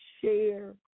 share